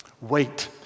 Wait